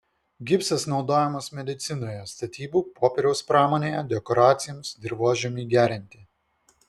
gipsas naudojamas medicinoje statybų popieriaus pramonėje dekoracijoms dirvožemiui gerinti